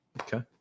Okay